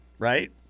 Right